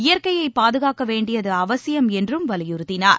இயற்கையை பாதுகாக்க வேண்டியது அவசியம் என்றும் வலியுறுத்தினார்